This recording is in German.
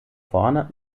vorne